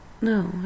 No